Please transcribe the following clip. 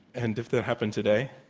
and if that happened today?